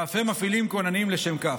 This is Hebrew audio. ואף הם מפעילים כוננים לשם כך.